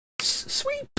Sweep